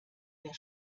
der